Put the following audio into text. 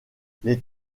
les